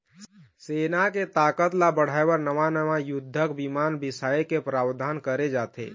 सेना के ताकत ल बढ़ाय बर नवा नवा युद्धक बिमान बिसाए के प्रावधान करे जाथे